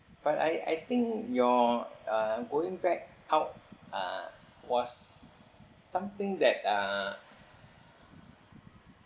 but I I think your uh going back out uh was something that uh